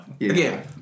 Again